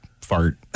fart